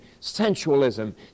sensualism